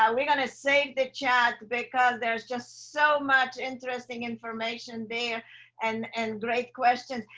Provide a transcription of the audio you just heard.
um we're gonna save the chat because there's just so much interesting information there and and great questions,